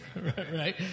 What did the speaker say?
Right